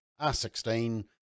R16